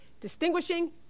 distinguishing